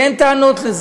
ואין טענות על זה,